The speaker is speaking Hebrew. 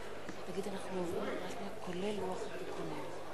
כל אחד לפי אמונתו, כל אחד לפי יכולותיו.